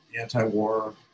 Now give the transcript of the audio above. anti-war